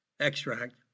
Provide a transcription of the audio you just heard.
extract